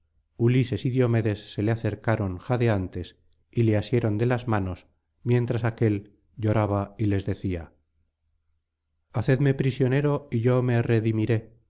ulises y diomedes se le acercaron jadeantes y le asieron de las manos mientras aquél lloraba y les decia hacedme prisionero y yo me redimiré hay